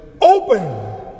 open